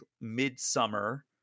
mid-summer